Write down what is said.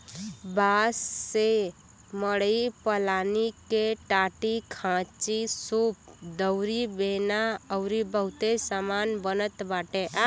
बांस से मड़ई पलानी के टाटीखांचीसूप दउरी बेना अउरी बहुते सामान बनत बाटे